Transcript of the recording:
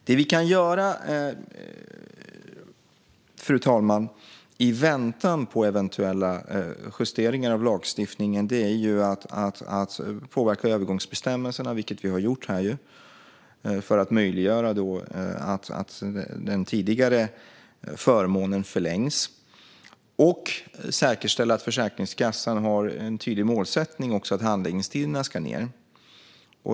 Det vi kan göra, fru talman, i väntan på eventuella justeringar av lagstiftningen, är att påverka övergångsbestämmelserna, vilket vi har gjort, för att möjliggöra att den tidigare förmånen förlängs, och säkerställa att Försäkringskassan har en tydlig målsättning: att handläggningstiderna ska ned.